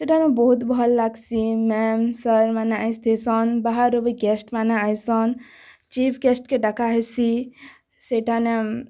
ସେଠାନେ ବହୁତ୍ ଭଲ୍ ଲାଗ୍ସି ମ୍ୟାମ୍ ସାର୍ ମାନେ ଆଇଥିସନ୍ ବାହାରୁ ବି ଗେଷ୍ଟ୍ ମାନେ ଆଏସନ୍ ଚିଫ୍ ଗେଷ୍ଟ୍କେ ଡ଼କାହେସି ସେଠାନେ